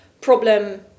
problem